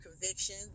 conviction